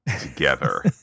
together